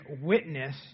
witness